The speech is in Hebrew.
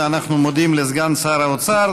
אנחנו מודים לסגן שר האוצר.